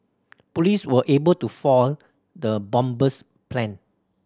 police were able to foil the bomber's plan